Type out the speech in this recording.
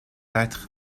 être